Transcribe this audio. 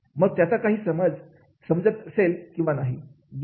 मग त्याचा काही समजत असेल किंवा नसेल